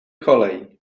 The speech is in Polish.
kolej